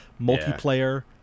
multiplayer